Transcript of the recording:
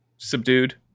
subdued